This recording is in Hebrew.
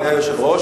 אדוני היושב-ראש,